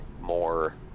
more